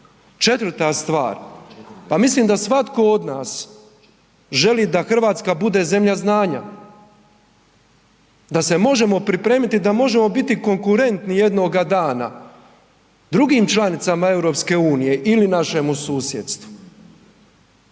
Četvrta stvar, pa mislim da svatko od nas želi da Hrvatska bude zemlja znanja, da se možemo pripremiti, da možemo biti konkurentni jednoga dana drugim članicama EU ili našemu susjedstvu.